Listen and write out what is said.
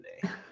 today